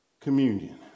communion